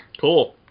Cool